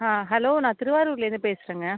ஆ hello நான் திருவாரூர்லந்து பேசுறேங்க